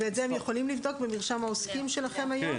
ואת זה הם יכולים לבדוק במרשם העוסקים שלכם היום?